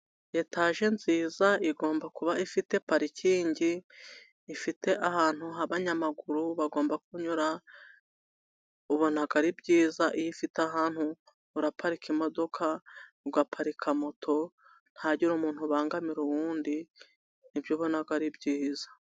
Etaje nziza igomba kuba ifite parikingi, ifite ahantu h'abanyamaguru bagomba kunyura ubona ko ari byiza, iyo ifite ahantu uraparika imodoka, ugaparika moto, ntihagire umuntu ubangamira undi nibyo ubona ari byiza.